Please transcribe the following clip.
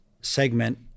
segment